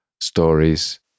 stories